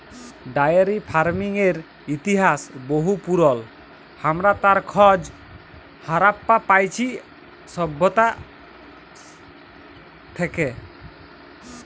diary ফার্মিংয়ের ইতিহাস বহু পুরল, হামরা তার খজ হারাপ্পা পাইছি সভ্যতা থেক্যে